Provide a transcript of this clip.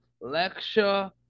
lecture